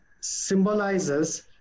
symbolizes